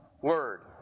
Word